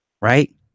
right